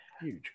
huge